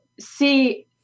see